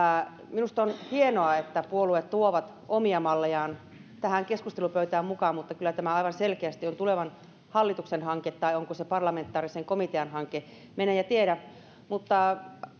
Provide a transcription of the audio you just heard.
minusta on hienoa että puolueet tuovat omia mallejaan keskustelupöytään mukaan mutta kyllä tämä aivan selkeästi on tulevan hallituksen hanke tai onko se parlamentaarisen komitean hanke mene ja tiedä mutta